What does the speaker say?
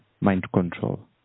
mind-control